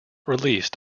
released